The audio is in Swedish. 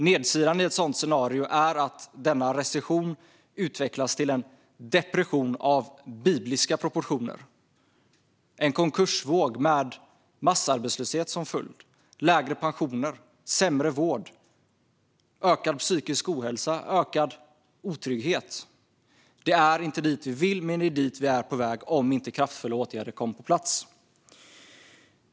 Nedsidan i ett sådant scenario är att denna recession utvecklas till en depression av bibliska proportioner, till en konkursvåg med massarbetslöshet, lägre pensioner, sämre vård, ökad psykisk ohälsa och ökad otrygghet som följd. Det är inte dit vi vill, men det är dit vi är på väg om inte kraftfulla åtgärder kommer på plats.